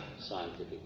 scientific